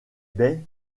baies